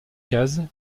case